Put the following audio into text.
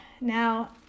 Now